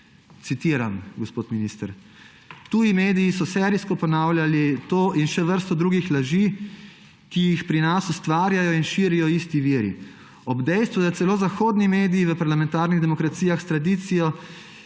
Citiram, gospod minister: »Tuji mediji so serijsko ponavljali to in še vrsto drugih laži, ki jih pri nas ustvarjajo in širijo isti viri. Ob dejstvu, da celo zahodni mediji v parlamentarnih demokracijah s tradicijo